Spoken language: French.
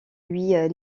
lui